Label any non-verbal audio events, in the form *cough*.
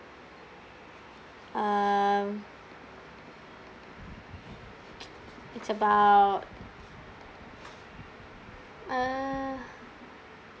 um *noise* it's about uh